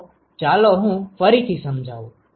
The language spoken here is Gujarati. તો ચાલો હું ફરીથી સમજાવું